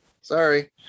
Sorry